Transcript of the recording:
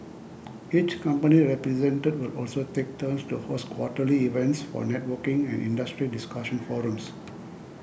each company represented will also take turns to host quarterly events for networking and industry discussion forums